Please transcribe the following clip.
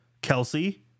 Kelsey